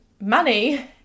money